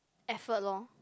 effort lor